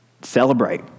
celebrate